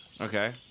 Okay